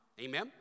Amen